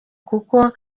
kuko